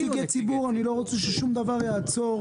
אני לא רוצה ששום דבר יעצור.